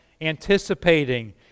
anticipating